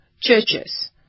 churches